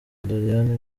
doriane